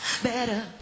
Better